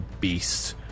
beast